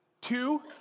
Two